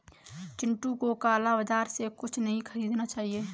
चिंटू को काला बाजार से कुछ नहीं खरीदना चाहिए